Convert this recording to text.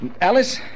Alice